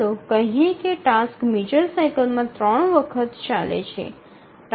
ચાલો કહીએ કે ટાસ્ક મેજર સાઇકલમાં ૩ વખત ચાલે છે